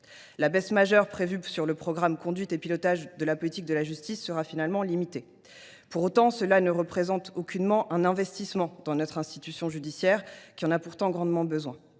La baisse majeure prévue pour les crédits du programme « Conduite et pilotage de la politique de la justice » sera quant à elle finalement limitée. Pour autant, cette évolution ne représente aucunement un investissement dans notre institution judiciaire, qui en a pourtant grandement besoin.